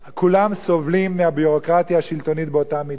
כולם סובלים מהביורוקרטיה השלטונית באותה מידה.